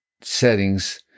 settings